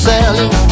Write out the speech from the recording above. Sally